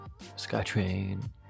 SkyTrain